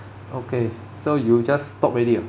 okay so you just stop already ah